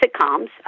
sitcoms